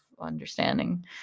understanding